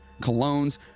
colognes